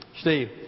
Steve